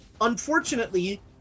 unfortunately